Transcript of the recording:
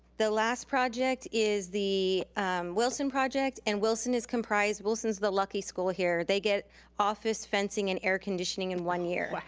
the last project is the wilson project. and wilson is comprised, wilson's the lucky school here. they get office fencing and air conditioning in one year.